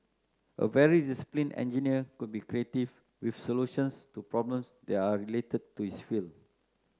a very disciplined engineer could be creative with solutions to problems that are related to his field